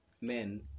men